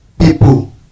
people